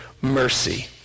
mercy